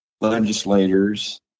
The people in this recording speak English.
legislators